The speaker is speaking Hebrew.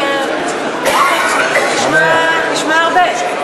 בסדר גמור, זה נשמע הרבה.